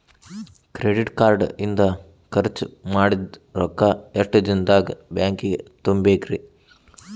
Credit card ಇಂದ್ ಖರ್ಚ್ ಮಾಡಿದ್ ರೊಕ್ಕಾ ಎಷ್ಟ ದಿನದಾಗ್ ಬ್ಯಾಂಕಿಗೆ ತುಂಬೇಕ್ರಿ?